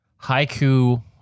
haiku